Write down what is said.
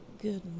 Good